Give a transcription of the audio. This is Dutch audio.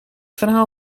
verhaal